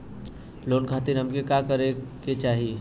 Loan खातीर हमके का का चाही?